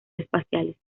espaciales